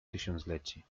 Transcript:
tysiącleci